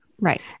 Right